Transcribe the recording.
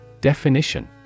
Definition